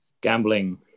Gambling